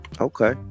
Okay